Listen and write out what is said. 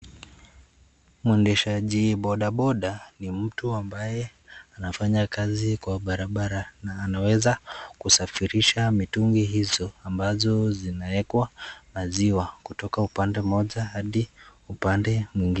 Mwendeshaji boda boda ni mtu ambaye anafanya kazi kwa barabara na anaweza kusafirisha mitungi hizo ambazo zinawekwa maziwa kutoka upande moja hadi upande mwingine.